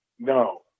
no